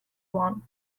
one